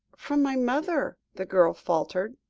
from my mother, the girl faltered,